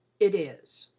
it is.